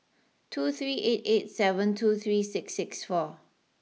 two three eight eight seven two three six six four